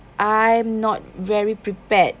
I'm not very prepared